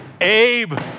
Abe